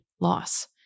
loss